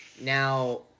Now